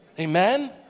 Amen